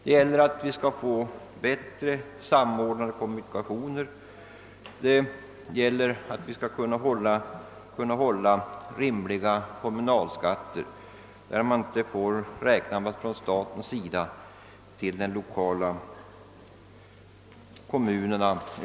Det gäller t.ex. för vår landsända att åstadkomma bättre samordnade kommunikationer, hålla kommunalskatterna på rimlig nivå, att inte överföra kostnader från staten på kommunerna.